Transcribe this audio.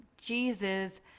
Jesus